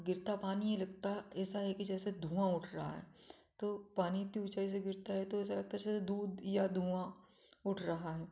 गिरता पानी यह लगता ऐसा है कि जैसे धुआँ उठ रहा तो पानी इतनी ऊँचाई से गिरता है तो ऐसा लगता से दूध या धुआँ उठ रहा है